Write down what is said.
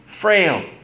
frail